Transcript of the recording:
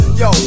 yo